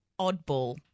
Oddball